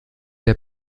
der